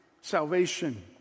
salvation